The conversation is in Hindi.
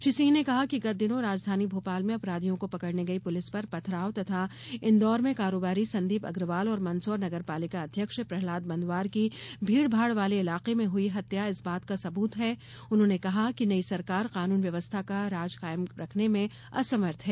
श्री सिंह ने कहा कि गत दिनों राजधानी भोपाल में अपराधियों को पकड़ने गई पुलिस पर पथराव तथा इंदौर में करोबारी संदीप अग्रवाल और मंदसौर नगरपालिका अध्यक्ष प्रहलाद बंदवार की भीड़भाड़ वाले इलाके में हई हत्या इसबात का सब्रत है उन्होंने कहा कि नई सरकार कानून व्यवस्था का राज कायम रखने में असमर्थ है